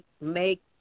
make